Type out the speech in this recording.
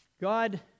God